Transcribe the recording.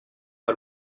pas